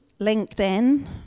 LinkedIn